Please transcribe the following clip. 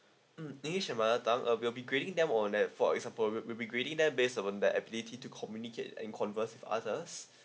mm english your mother tongue uh we'll be grading them on that for example will will be grading them based on their ability to communicate and converse with others